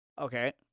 Okay